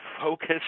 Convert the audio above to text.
focus